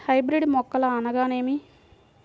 Hybrid మొక్కలు అనగానేమి?